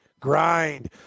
grind